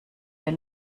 der